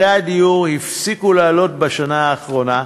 מחירי הדיור הפסיקו לעלות בשנה האחרונה,